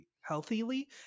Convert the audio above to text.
healthily